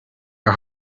are